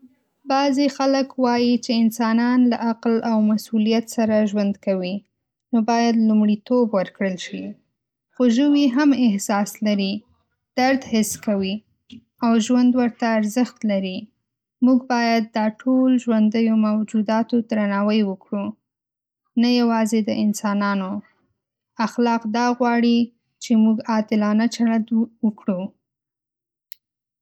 بعضې خلک وايي چې انسانان له عقل او مسؤلیت سره ژوند کوي، نو باید لومړیتوب ورکړل شي. خو ژوي هم احساس لري، درد حس کوي، او ژوند ورته ارزښت لري. موږ باید د ټولو ژوندیو موجوداتو درناوی وکړو، نه یوازې د انسانانو. اخلاق دا غواړي چې موږ عادلانه چلند وکړو.